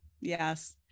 yes